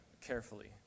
carefully